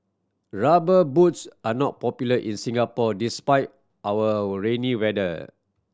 Rubber Boots are not popular in Singapore despite our all rainy weather